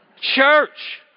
Church